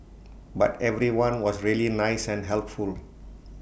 but everyone was really nice and helpful